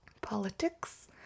politics